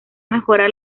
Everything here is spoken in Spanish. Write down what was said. mejorar